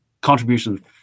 contribution